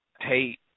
Hey